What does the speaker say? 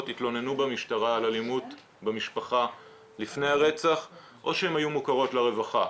התלוננו במשטרה על אלימות במשפחה לפני הרצח או שהן היו מוכרות לרווחה,